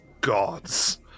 gods